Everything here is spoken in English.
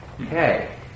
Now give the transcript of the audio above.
Okay